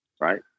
Right